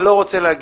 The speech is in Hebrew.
אני לא רוצה להגיד.